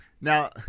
Now –